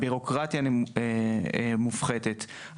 הביורוקרטיה מופחתת,